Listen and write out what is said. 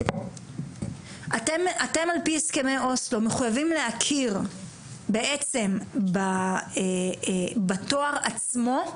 אתם על פי הסכמי אוסלו מחוייבים להכיר בעצם בתואר עצמו,